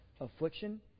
affliction